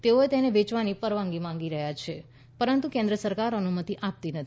તેઓ તેને વેચવાની પરવાનગી માંગી રહ્યા છે પરંતુ કેન્દ્ર સરકાર અનુમતી આપતી નથી